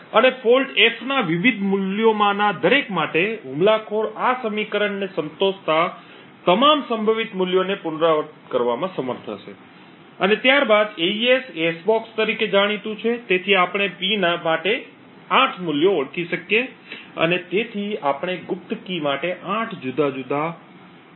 અને fault f ના વિવિધ મૂલ્યોમાંના દરેક માટે હુમલાખોર આ સમીકરણને સંતોષતા તમામ સંભવિત મૂલ્યોને પુનરાવર્તિત કરવામાં સમર્થ હશે અને ત્યારબાદ એઇએસ s box જાણીતું છે તેથી આપણે P માટે 8 મૂલ્યો ઓળખી શકીએ અને તેથી આપણે ગુપ્ત કી માટે 8 જુદા જુદા ઉમેદવાર મૂલ્યો પ્રાપ્ત કરીશું